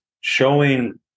showing